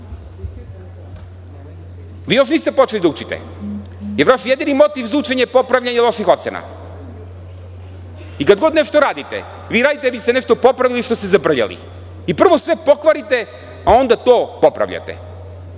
još niste počeli da učite, jer vaš jedini motiv za učenje je popravljanje loših ocena. Kad god nešto radite, vi ste nešto popravili što ste zabrljali. Prvo sve pokvarite, a onda to popravljate.